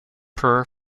per